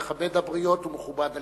מכבד הבריות ומכובד על-ידן.